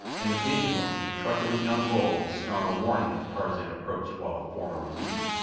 and occasionally a truculent young bull would snarl a warning if tarzan approached while the former was eating.